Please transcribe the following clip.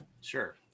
Sure